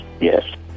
yes